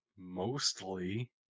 mostly